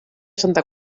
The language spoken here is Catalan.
santa